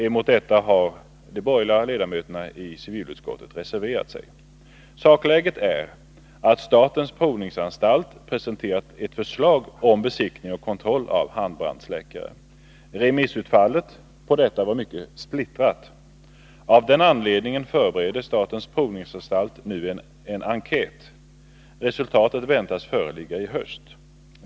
Emot detta har de borgerliga ledamöterna i civilutskottet reserverat sig. Sakläget är att statens provningsanstalt har presenterat ett förslag om besiktning och kontroll av handbrandsläckare. Förslaget har remissbehandlats, och remissutfallet var mycket splittrat. Av den anledningen förbereder statens provningsanstalt nu en enkät. Resultatet av denna väntas föreligga i höst.